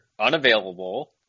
unavailable